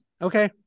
Okay